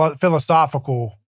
philosophical